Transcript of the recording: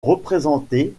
représentée